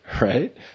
right